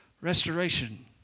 restoration